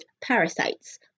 parasites